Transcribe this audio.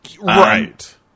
Right